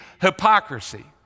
hypocrisy